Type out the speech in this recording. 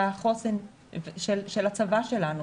שהחוסן של הצבא שלנו